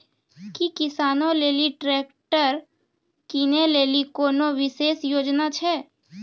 कि किसानो लेली ट्रैक्टर किनै लेली कोनो विशेष योजना छै?